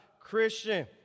Christian